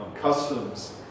customs